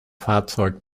fahrzeug